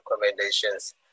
recommendations